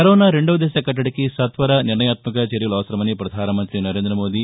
corona రెండవదశ కట్లడికి సత్వర నిర్ణయాత్మక చర్యలు అవసరమని ప్రధానమంత్రి నరేందమోదీ